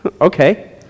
okay